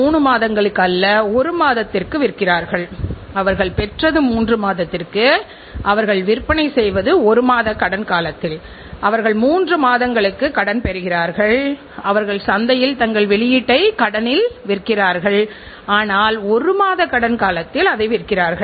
நாம் பொருளின் தரத்திற்கு ஓர் அறிக்கையைத் தயாரித்து அதனடிப்படையில் ஏற்படக்கூடிய செலவையும் நிர்ணயம் செய்து பின்பு இதனால் விளைகின்ற நிதி சார்ந்த விஷயங்களை ஓர் அறிக்கையாக தயாரிக்க முடியும்